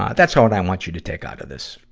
ah that's ah what i want you to take out of this,